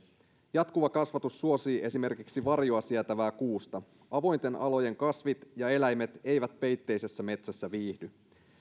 jatkuva kasvatus suosii esimerkiksi varjoa sietävää kuusta avointen alojen kasvit ja eläimet eivät peitteisessä metsässä viihdy